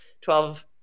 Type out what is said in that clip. twelve